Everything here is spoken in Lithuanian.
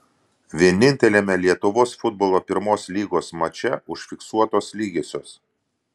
vieninteliame lietuvos futbolo pirmos lygos mače užfiksuotos lygiosios